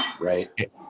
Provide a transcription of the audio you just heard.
Right